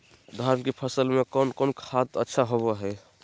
धान की फ़सल में कौन कौन खाद अच्छा होबो हाय?